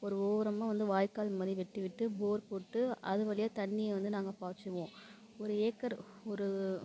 ஒரு ஓரமாக வந்து வாய்க்கால் மாதிரி வெட்டி விட்டு போர் போட்டு அது வழியா தண்ணியை வந்து நாங்கள் பாய்ச்சுவோம் ஒரு ஏக்கர் ஒரு